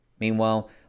Meanwhile